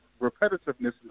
repetitiveness